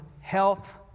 health